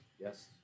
Yes